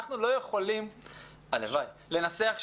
אנחנו לא יכולים לנסח שינוי.